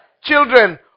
Children